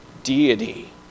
deity